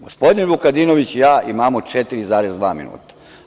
Gospodin Vukadinović i ja imamo 4,2 minuta.